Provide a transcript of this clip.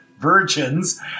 virgins